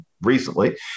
recently